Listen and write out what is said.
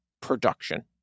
production